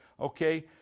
Okay